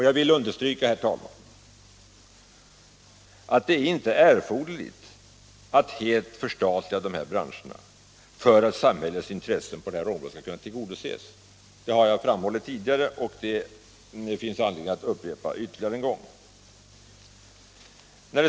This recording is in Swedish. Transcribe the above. Jag vill understryka, herr talman, att det inte är erforderligt att helt förstatliga de här branscherna för att samhällets intressen på detta område skall kunna tillgodoses. Detta har jag också framhållit tidigare, men det finns anledning att upprepa det. Herr talman!